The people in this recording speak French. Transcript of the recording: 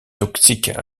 toxiques